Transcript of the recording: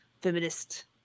feminist